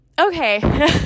okay